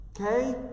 Okay